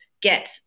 get